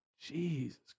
Jesus